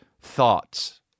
thoughts